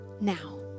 now